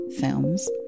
Films